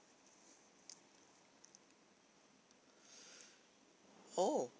oh